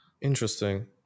Interesting